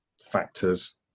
factors